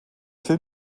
film